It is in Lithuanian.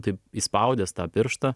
taip įspaudęs tą pirštą